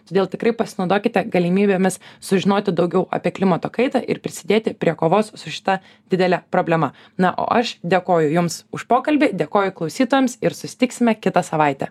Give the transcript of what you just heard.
todėl tikrai pasinaudokite galimybėmis sužinoti daugiau apie klimato kaitą ir prisidėti prie kovos su šita didele problema na o aš dėkoju jums už pokalbį dėkoju klausytojams ir susitiksime kitą savaitę